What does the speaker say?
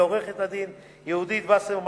לעורכת-הדין יהודית וסרמן